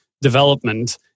development